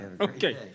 Okay